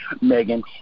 Megan